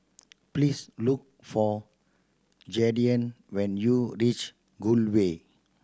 please look for Jaidyn when you reach Gul Way